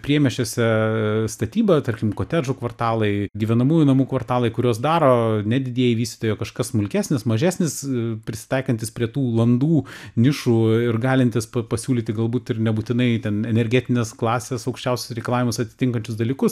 priemiesčiuose statyba tarkim kotedžų kvartalai gyvenamųjų namų kvartalai kuriuos daro ne didieji vystytojai o kažkas smulkesnis mažesnis prisitaikantis prie tų landų nišų ir galintis pa pasiūlyti galbūt ir nebūtinai ten energetinės klasės aukščiausius reikalavimus atitinkančius dalykus